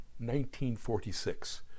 1946